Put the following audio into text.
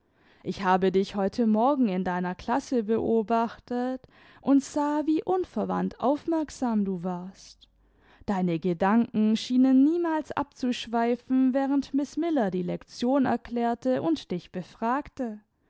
ich habe dich heute morgen in deiner klasse beobachtet und sah wie unverwandt aufmerksam du warst deine gedanken schienen niemals abzuschweifen während miß miller die lektion erklärte und dich befragte